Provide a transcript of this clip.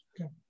Okay